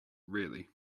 really